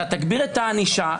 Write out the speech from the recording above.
אתה תגביר את הענישה.